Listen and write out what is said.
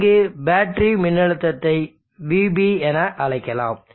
இங்கு பேட்டரி மின்னழுத்தத்தை vB என அழைக்கலாம்